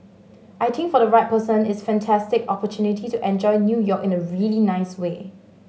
I think for the right person it's a fantastic opportunity to enjoy New York in a really nice way